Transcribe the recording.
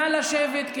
נא לשבת,